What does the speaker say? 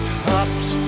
tops